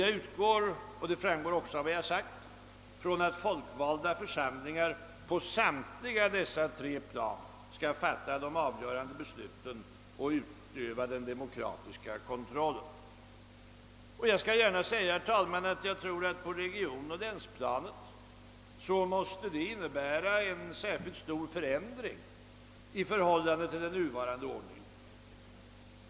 Jag utgår — och det framgår också av vad jag sagt — från att folkvalda församlingar på samtliga dessa plan skall fatta de avgörande besluten och utöva den demokratiska kontrollen. På regionsoch länsplanet tror jag att detta måste innebära en särskilt stor förändring i förhållande till den nuvarande ordningen.